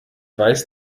weiß